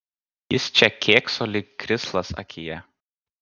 jis čia kėkso lyg krislas akyje